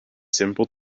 simple